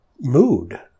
mood